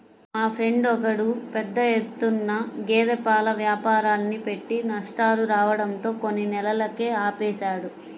మా ఫ్రెండు ఒకడు పెద్ద ఎత్తున గేదె పాల వ్యాపారాన్ని పెట్టి నష్టాలు రావడంతో కొన్ని నెలలకే ఆపేశాడు